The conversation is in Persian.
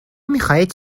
میخواهید